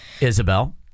Isabel